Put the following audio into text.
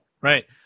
Right